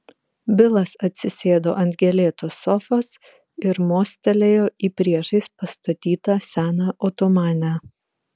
bilas atsisėdo ant gėlėtos sofos ir mostelėjo į priešais pastatytą seną otomanę